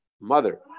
mother